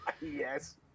Yes